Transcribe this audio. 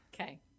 Okay